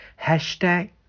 hashtag